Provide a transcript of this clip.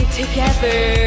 together